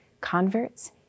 converts